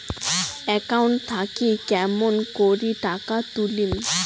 Account থাকি কেমন করি টাকা তুলিম?